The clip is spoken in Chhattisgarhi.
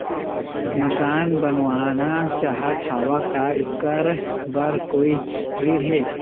मकान बनवाना चाहत हाव, का ऐकर बर कोई ऋण हे?